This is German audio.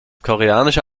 koreanische